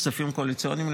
כספים קואליציוניים,